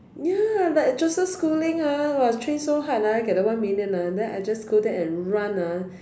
ya like Joseph-Schooling ah train so hard ah get the one million ah then I just go there and run ah